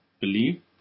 Believe